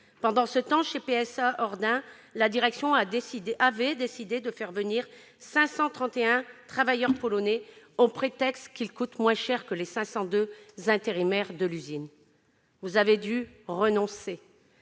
Pendant ce temps, chez PSA Hordain, la direction avait décidé de faire venir 531 travailleurs polonais au prétexte qu'ils coûtent moins cher que les 502 intérimaires de l'usine. Cette idée,